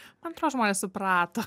man atrodo žmonės suprato